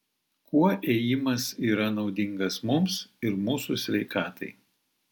kuo ėjimas yra naudingas mums ir mūsų sveikatai